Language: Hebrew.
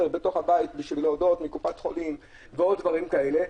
בתוך הבית לשם הודעות מקופת-חולים ודברים כאלה,